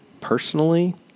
personally